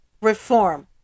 reform